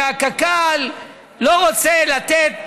שקק"ל לא רוצה לתת